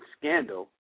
scandal